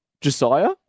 Josiah